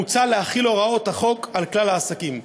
מוצע להחיל את הוראות החוק על כלל העסקים.